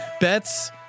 bets